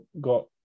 got